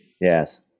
Yes